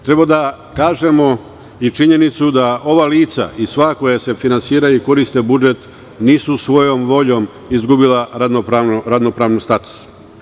Treba da kažemo i činjenicu da ova lica i sva koja se finansiraju i koriste budžet nisu svojom voljom izgubila radno-pravni status.